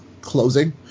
closing